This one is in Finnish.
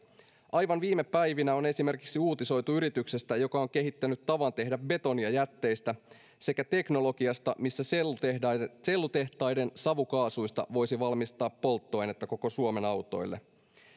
aivan viime päivinä on uutisoitu yrityksestä joka on kehittänyt tavan tehdä betonia jätteistä sekä teknologiasta missä sellutehtaiden savukaasuista voisi valmistaa polttoainetta koko suomen autoille